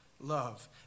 love